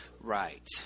Right